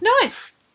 Nice